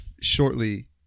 shortly